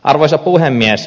arvoisa puhemies